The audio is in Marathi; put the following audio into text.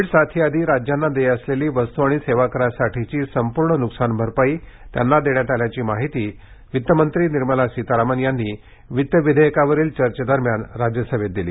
कोविड साथी आधी राज्यांना देय असलेली वस्तू आणि सेवा करासाठीची संपूर्ण नुकसानभरपाई त्यांना देण्यात आल्याची माहिती अर्थमंत्री निर्मला सीतारामन यांनी वित्त विधेयकावरील चर्चदरम्यान राज्यसभेत दिली